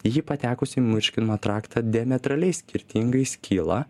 ji patekus į m virškinimo traktą diametraliai skirtingai skyla